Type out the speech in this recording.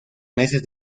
meses